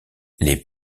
les